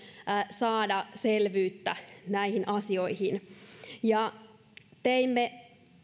saada selvyyttä näihin asioihin teimme